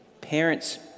parents